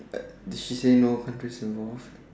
did she say no did she say no